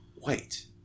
wait